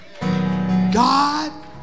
God